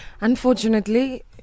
unfortunately